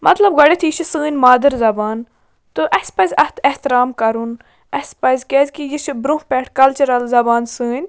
مطلب گۄڈٕنیٚتھ یہِ چھِ سٲنۍ مادٕرۍ زبان تہٕ اسہِ پَزِ اَتھ احترام کَرُن اسہِ پَزِ کیٛازِکہِ یہِ چھِ برٛۄنٛہہ پٮ۪ٹھ کَلچرَل زَبان سٲنۍ